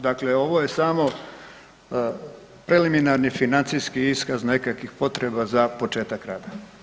Dakle, ovo je samo preliminarni financijski iskaz nekakvih potreba za početak rada.